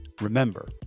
remember